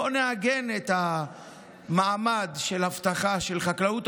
בואו נעגן את המעמד של אבטחה של החקלאות,